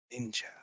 Ninja